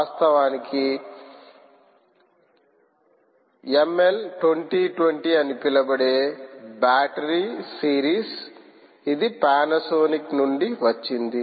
వాస్తవానికి ml 20 20 అని పిలువబడే బ్యాటరీ సిరీస్ ఇది పానాసోనిక్ నుండి వచ్చింది